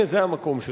הנה זה המקום שלכם.